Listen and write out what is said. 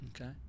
Okay